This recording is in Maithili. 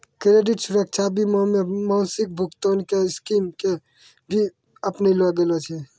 क्रेडित सुरक्षा बीमा मे मासिक भुगतान के स्कीम के भी अपनैलो गेल छै